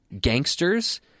gangsters